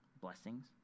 blessings